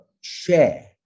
share